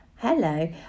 Hello